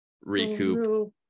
recoup